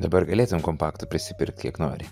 dabar galėtum kompaktų prisipirkti kiek nori